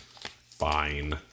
Fine